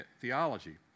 theology